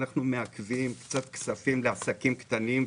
שאנחנו מעכבים קצת כספים לעסקים קטנים.